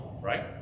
right